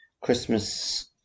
Christmas